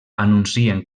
anuncien